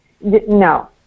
no